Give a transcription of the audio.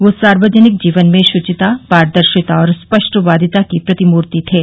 वह सार्वजनिक जीवन में शुचिता पारदर्शिता और स्पष्टवादिता की प्रतिमूर्ति थे